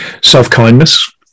self-kindness